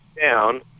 down